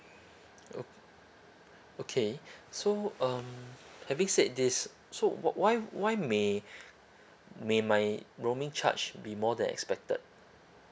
okay so um having said this so what why why may may my roaming charge be more than expected